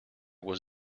was